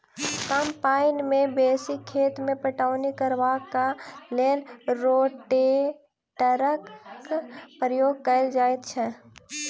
कम पाइन सॅ बेसी खेत मे पटौनी करबाक लेल रोटेटरक प्रयोग कयल जाइत छै